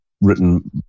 written